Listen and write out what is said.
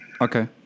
Okay